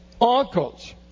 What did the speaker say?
uncles